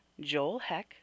Joelheck